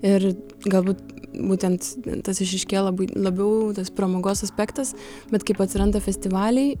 ir galbūt būtent tas išryškėja labai labiau tas pramogos aspektas bet kaip atsiranda festivaliai